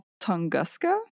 tunguska